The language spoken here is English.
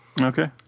okay